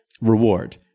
reward